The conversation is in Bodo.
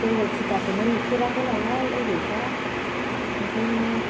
देवोल फुजाखौनो नुफेराखै नालाय उन्दैफ्रा ओंखायनो